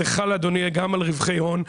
זה חל אדוני גם על רווחי הון,